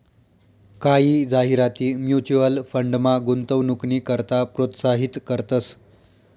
कायी जाहिराती म्युच्युअल फंडमा गुंतवणूकनी करता प्रोत्साहित करतंस